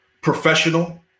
professional